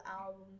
album